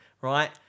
right